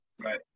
Right